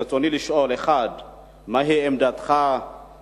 רצוני לשאול: 1. מה היא עמדת משרדך?